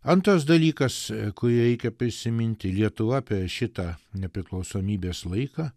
antras dalykas kurį reikia prisiminti lietuva apie šitą nepriklausomybės laiką